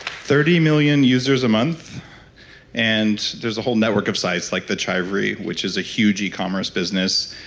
thirty million users a month and there's a whole network of sites like the chivery, which is a huge e-commerce business.